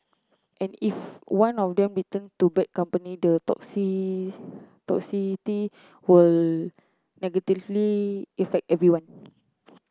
and if one of them return to bad company the toxicity will negatively affect everyone